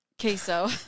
Queso